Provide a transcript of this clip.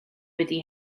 wedi